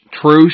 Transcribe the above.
true